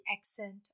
accent